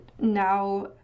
Now